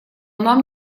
нам